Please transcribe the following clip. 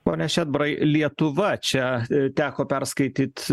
pone šedbarai lietuva čia teko perskaityt